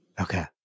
okay